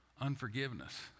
unforgiveness